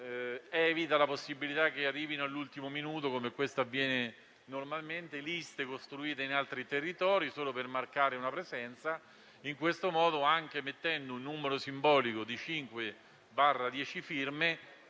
evita la possibilità che arrivino all'ultimo minuto, come avviene normalmente, liste costruite in altri territori solo per marcare una presenza. In tal modo, mettendo un numero simbolico di 5-10 firme,